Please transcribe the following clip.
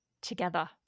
Together